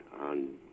on